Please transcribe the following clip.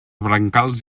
brancals